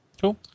Cool